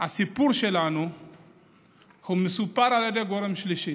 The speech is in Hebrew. הסיפור שלנו מסופר על ידי גורם שלישי.